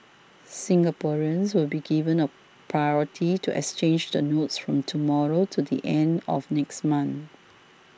Singaporeans will be given a priority to exchange the notes from tomorrow to the end of next month